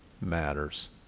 matters